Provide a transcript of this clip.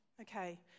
Okay